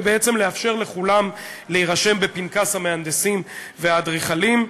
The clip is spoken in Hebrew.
ובעצם לאפשר לכולם להירשם בפנקס המהנדסים והאדריכלים.